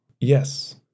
Yes